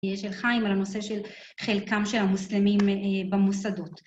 של חיים, על הנושא של חלקם של המוסלמים במוסדות.